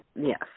yes